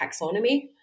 taxonomy